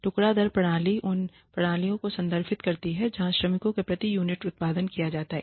टुकड़ा दर प्रणाली उन प्रणालियों को संदर्भित करती है जहां श्रमिकों को प्रति यूनिट उत्पादन किया जाता है